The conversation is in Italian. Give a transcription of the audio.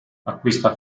acquista